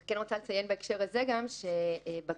כן רוצה לציין בהקשר הזה גם את בג"צ